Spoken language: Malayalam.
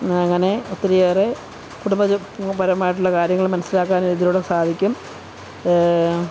അങ്ങനെ ഒത്തിരിയേറെ കുടുംബ പരമായിട്ടുള്ള കാര്യങ്ങൾ മനസിലാക്കാൻ ഇതിലൂടെ സാധിക്കും